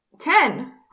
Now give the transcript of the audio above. Ten